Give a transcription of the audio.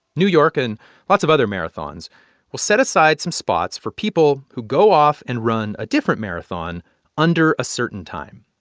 new york and lots of other marathons will set aside some spots for people who go off and run a different marathon under a certain time.